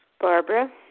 Barbara